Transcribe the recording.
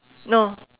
no